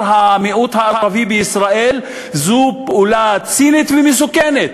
המיעוט הערבי בישראל זה פעולה צינית ומסוכנת.